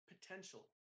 potential